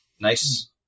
Nice